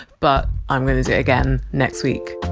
but i'm going to do it again next week